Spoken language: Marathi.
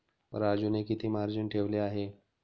राजूने किती मार्जिन ठेवले आहे?